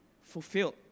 fulfilled